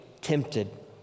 tempted